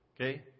Okay